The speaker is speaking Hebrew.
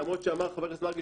למרות שאמר חבר הכנסת מרגי